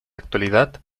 actualidad